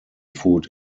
food